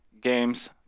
games